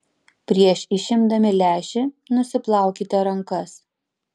prieš išimdami lęšį nusiplaukite rankas